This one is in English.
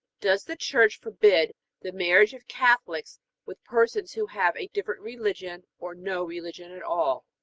does the church forbid the marriage of catholics with persons who have a different religion or no religion at all?